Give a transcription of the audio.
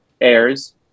airs